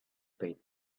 paid